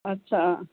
अछा